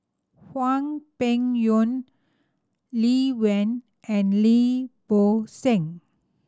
Hwang Peng Yuan Lee Wen and Lim Bo Seng